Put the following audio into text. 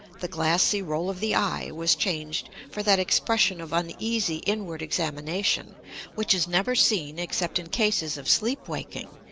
the glassy roll of the eye was changed for that expression of uneasy inward examination which is never seen except in cases of sleep-waking,